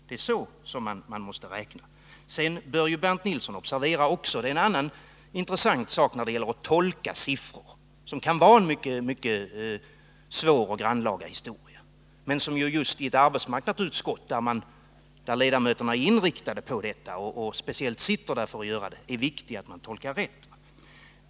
Det är så som man måste räkna. Bernt Nilsson bör också observera en annan intressant sak när det gäller att tolka siffror — vilket kan vara en mycket svår och grannlaga historia. Men just i arbetsmarknadsutskottet, där ledamöterna är inriktade på detta och där de sitter just för att göra detta, är det viktigt att tolka dem rätt.